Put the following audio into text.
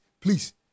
please